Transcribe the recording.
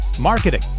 marketing